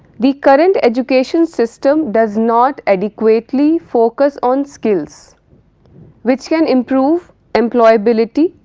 the current education system does not adequately focus on skills which can improve employability,